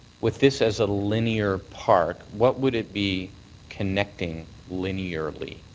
with this as a linear park, what would it be connecting linearly?